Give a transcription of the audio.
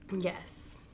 Yes